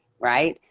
right?